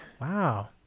wow